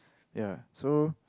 ya so